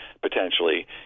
potentially